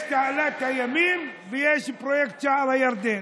יש תעלת הימים ויש פרויקט שער הירדן.